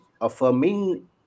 affirming